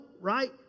right